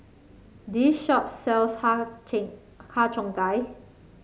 this shop sells har Har Cheong Gai